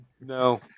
No